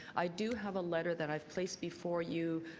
i do have a letter that i have placed before you.